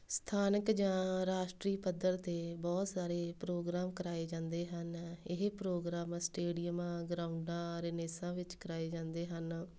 ਸਥਾਨਕ ਜਾਂ ਰਾਸ਼ਟਰੀ ਪੱਧਰ 'ਤੇ ਬਹੁਤ ਸਾਰੇ ਪ੍ਰੋਗਰਾਮ ਕਰਵਾਏ ਜਾਂਦੇ ਹਨ ਇਹ ਪ੍ਰੋਗਰਾਮ ਸਟੇਡੀਅਮਾਂ ਗਰਾਊਂਡਾਂ ਰਨੇਸਾਂ ਵਿੱਚ ਕਰਾਏ ਜਾਂਦੇ ਹਨ